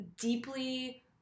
deeply